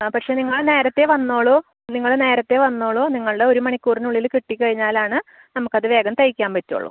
ആ പക്ഷേ നിങ്ങൾ നേരത്തെ വന്നോളൂ നിങ്ങൾ നേരത്തെ വന്നോളൂ നിങ്ങൾടെ ഒരു മണിക്കൂറിനുള്ളിൽ കിട്ടി കഴിഞ്ഞാലാണ് നമുക്കത് വേഗം തയ്ക്കാൻ പറ്റൂള്ളൂ